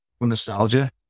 nostalgia